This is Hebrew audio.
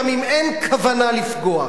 גם אם אין כוונה לפגוע,